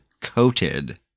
Coated